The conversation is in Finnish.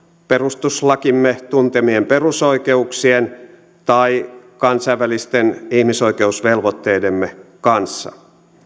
perustuslakimme tuntemien perusoikeuksien tai kansainvälisten ihmisoikeusvelvoitteidemme kanssa